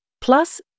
Plus